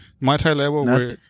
multi-level